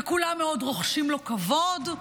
וכולם מאוד רוחשים לו כבוד.